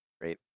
great